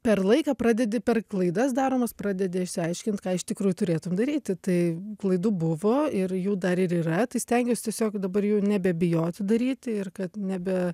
per laiką pradedi per klaidas daromas pradedi išsiaiškint ką iš tikrųjų turėtum daryti tai klaidų buvo ir jų dar ir yra tai stengiuos tiesiog dabar jų nebebijoti daryti ir kad nebe